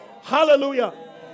Hallelujah